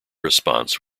response